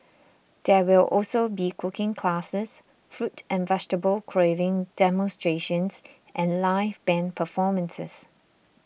there will also be cooking classes fruit and vegetable carving demonstrations and live band performances